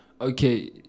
Okay